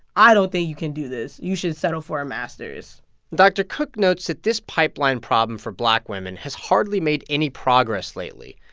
i don't think you can do this. you should settle for a master's dr. cook notes that this pipeline problem for black women has hardly made any progress lately.